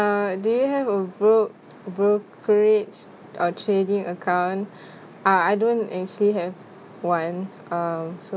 uh do you have a bro~ brokerage uh trading account I I don't actually have one um so